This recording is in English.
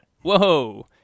Whoa